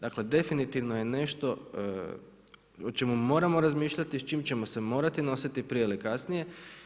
Dakle, definitivno je nešto o čemu moramo razmišljati, s čim ćemo se morati nositi prije ili kasnije.